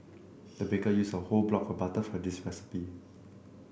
the baker used a whole block of butter for this recipe